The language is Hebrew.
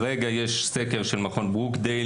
חברי הכנסת שמקבלים פניות.